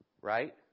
Right